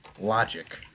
logic